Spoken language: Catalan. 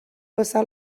passar